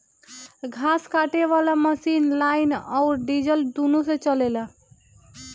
घास काटे वाला मशीन लाइन अउर डीजल दुनों से चलेला